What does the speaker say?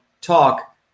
talk